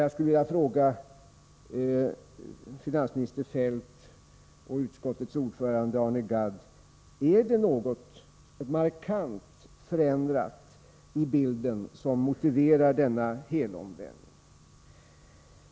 Jag skulle vilja fråga finansminister Feldt och utskottets ordförande Arne Gadd: Är det något markant förändrat i bilden som motiverar denna helomvändning?